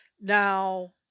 Now